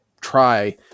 try